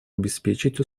обеспечить